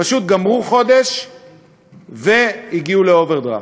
פשוט גמרו חודש והגיעו לאוברדרפט.